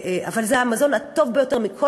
אבל לפי כל המחקרים זה המזון הטוב ביותר לתינוקות,